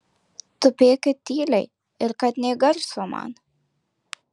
tupėkit tyliai ir kad nė garso man